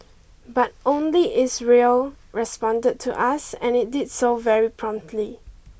but only Israel responded to us and it did so very promptly